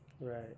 Right